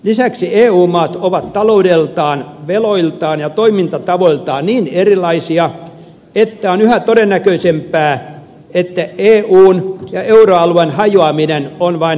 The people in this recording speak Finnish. lisäksi eu maat ovat taloudeltaan veloiltaan ja toimintatavoiltaan niin erilaisia että on yhä todennäköisempää että eun ja euroalueen hajoaminen on vain ajan kysymys